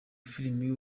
filime